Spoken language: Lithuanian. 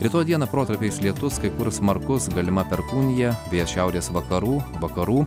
rytoj dieną protarpiais lietus kai kur smarkus galima perkūnija vėjas šiaurės vakarų vakarų